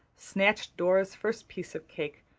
snatched dora's first piece of cake,